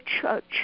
church